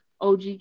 OG